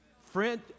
Friend